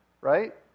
right